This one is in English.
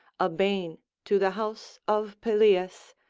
a bane to the house of pelias,